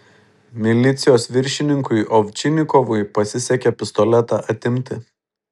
milicijos viršininkui ovčinikovui pasisekė pistoletą atimti